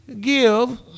give